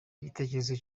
igitekerezo